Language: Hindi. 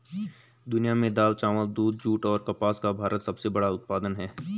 दुनिया में दाल, चावल, दूध, जूट और कपास का भारत सबसे बड़ा उत्पादक है